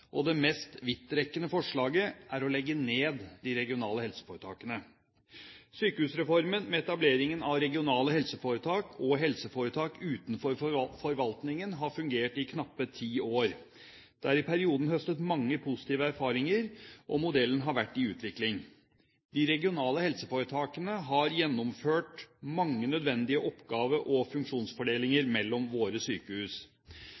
og det mest vidtrekkende forslaget er å legge ned de regionale helseforetakene. Sykehusreformen med etableringen av regionale helseforetak og helseforetak utenfor forvaltningen har fungert i knappe ti år. Det er i perioden høstet mange positive erfaringer, og modellen har vært i utvikling. De regionale helseforetakene har gjennomført mange nødvendige oppgave- og funksjonsfordelinger mellom våre sykehus.